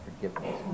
forgiveness